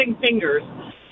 fingers